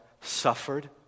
suffered